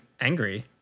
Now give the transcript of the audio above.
angry